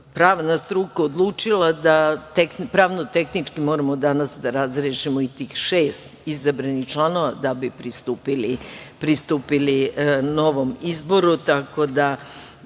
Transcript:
pravna struka odlučila da pravno-tehnički moramo danas da razrešimo i tih šest izabranih članova da bi pristupili novom izboru. Tako da